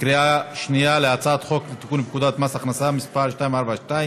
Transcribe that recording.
בקריאה שנייה על הצעת חוק לתיקון פקודת מס הכנסה (מס' 242),